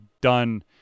done